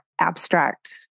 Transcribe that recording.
abstract